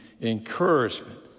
encouragement